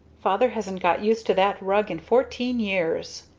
father hasn't got used to that rug in fourteen years!